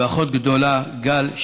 ואחות גדולה גל,